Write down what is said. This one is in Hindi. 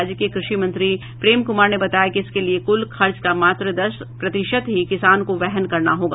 राज्य के कृषि मंत्री प्रेम कुमार ने बताया कि इसके लिए कुल खर्च का मात्र दस प्रतिशत ही किसान को वहन करना होगा